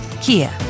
Kia